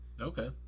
okay